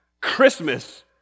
Christmas